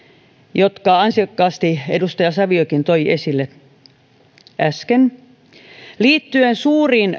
jotka ansiokkaasti edustaja saviokin toi esille äsken liittyen suuriin